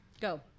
Go